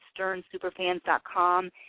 sternsuperfans.com